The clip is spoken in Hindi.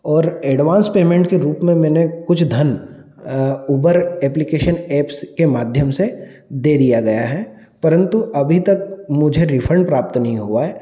और एडवांस पेमेंट के रूप में मैंने कुछ धन उबर एप्लीकेशन एप्स के माध्यम से दे दिया गया है परन्तु अभी तक मुझे रिफंड प्राप्त नहीं हुआ है